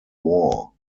war